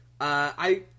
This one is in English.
I-